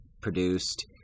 produced